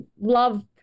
love